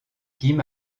kim